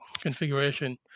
configuration